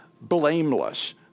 blameless